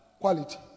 quality